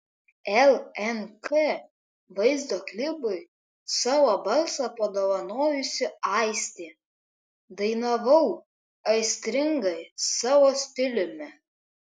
lnk vaizdo klipui savo balsą padovanojusi aistė dainavau aistringai savo stiliumi